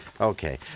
Okay